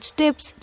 tips